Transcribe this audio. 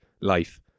life